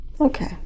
Okay